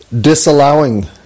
disallowing